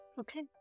Okay